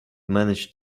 managed